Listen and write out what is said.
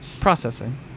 processing